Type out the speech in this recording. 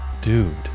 Dude